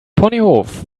ponyhof